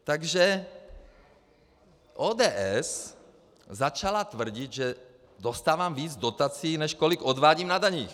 Takže ODS začala tvrdit, že dostávám víc dotací, než kolik odvádím na daních.